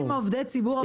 לא תוקפים עובדי ציבור,